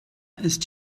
ist